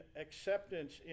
acceptance